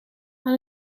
aan